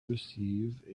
receive